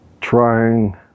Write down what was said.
trying